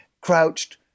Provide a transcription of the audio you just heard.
crouched